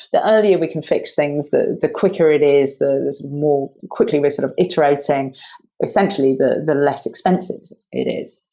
the earlier we can fix things, the the quicker it is, the more quickly we're sort of iterating iterating essentially the the less expensive it is.